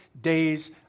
days